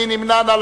מי נמנע?